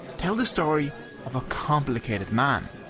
tell the story of a complicated man,